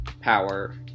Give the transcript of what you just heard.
power